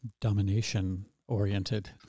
domination-oriented